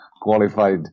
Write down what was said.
qualified